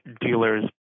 dealers